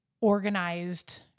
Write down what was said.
organized